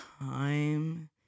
time